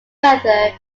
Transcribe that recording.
further